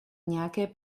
nějaké